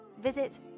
Visit